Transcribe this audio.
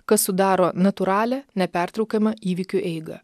kas sudaro natūralią nepertraukiamą įvykių eigą